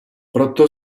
proto